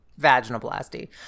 vaginoplasty